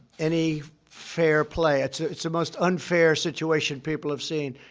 any fair play. it's ah it's the most unfair situation people have seen.